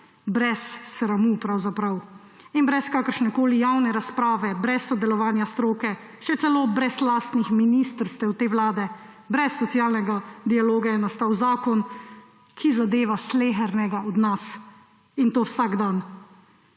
Brez sramu pravzaprav in brez kakršnekoli javne razprave, brez sodelovanja stroke, še celo brez lastnih ministrstev te vlade, brez socialnega dialoga je nastal zakon, ki zadeva slehernega od nas. In to vsak dan.